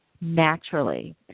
naturally